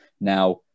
Now